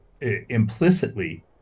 implicitly